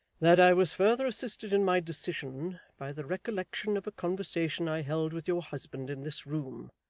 that i was further assisted in my decision, by the recollection of a conversation i held with your husband in this room,